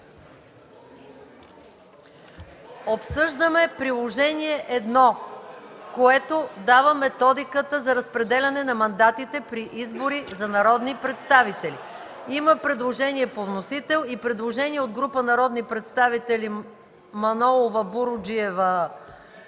Обсъждаме Приложение № 1, което дава Методиката за разпределяне на мандатите при избори за народни представители. Има предложение по вносител и предложение от група народни представители Манолова, Буруджиева, Попов